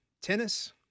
Tennis